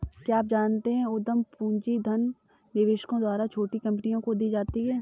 क्या आप जानते है उद्यम पूंजी धनी निवेशकों द्वारा छोटी कंपनियों को दी जाती है?